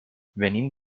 venim